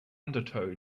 undertow